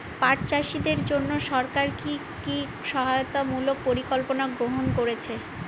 পাট চাষীদের জন্য সরকার কি কি সহায়তামূলক পরিকল্পনা গ্রহণ করেছে?